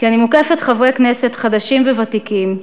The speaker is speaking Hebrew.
כי אני מוקפת חברי כנסת חדשים וותיקים,